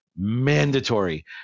mandatory